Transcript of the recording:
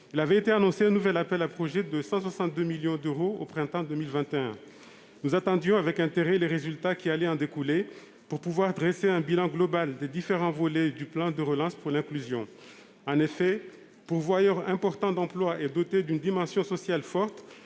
il a été annoncé un nouvel appel à projets de 162 millions d'euros au printemps 2021. Nous attendions avec intérêt les résultats qui allaient en découler, pour pouvoir dresser un bilan global des différents volets du plan de relance pour l'inclusion. En effet, pourvoyeurs importants d'emplois et dotés d'une dimension sociale forte,